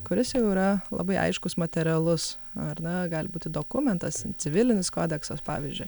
kuris jau yra labai aiškus materialus ar ne gali būti dokumentas in civilinis kodeksas pavyzdžiui